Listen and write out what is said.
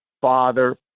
father